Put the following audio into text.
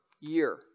year